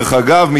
דרך אגב,